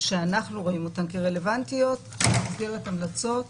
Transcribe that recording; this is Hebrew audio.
שאנחנו רואים אותן כרלוונטיות במסגרת המלצות